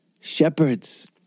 shepherds